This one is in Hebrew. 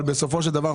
אבל בסופו של דבר,